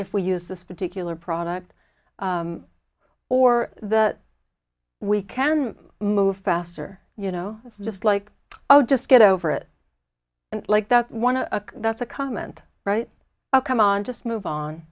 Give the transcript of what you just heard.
if we use this particular product or that we can move faster you know it's just like oh just get over it like that one a that's a comment right now come on just move on